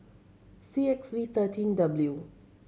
C X V thirteen W